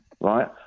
right